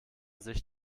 sich